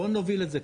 בואו נוביל את זה,